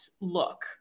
look